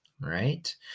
right